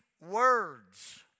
words